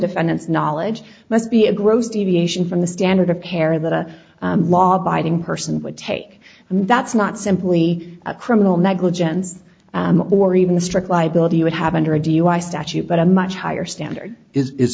defendant's knowledge must be a gross deviation from the standard of care that a law abiding person would take and that's not simply a criminal negligence or even a strict liability you would have under a dui statute but a much higher standard is